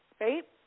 right